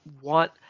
want